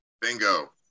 Bingo